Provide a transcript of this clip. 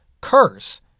curse